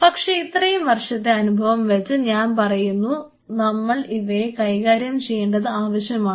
പക്ഷേ ഇത്രയും വർഷത്തെ അനുഭവം വെച്ച് ഞാൻ പറയുന്നു നമ്മൾ ഇവയെ കൈകാര്യം ചെയ്യേണ്ടത് ആവശ്യമാണ്